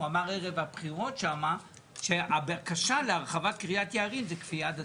אמר ערב הבחירות שם שהבקשה להרחבת קריית יערים זה כפייה דתית.